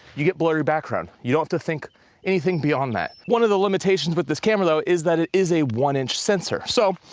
you get blurry background, you don't have to think anything beyond that. one of the limitations with this camera though is that it is a one-inch sensor. so,